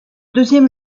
deuxième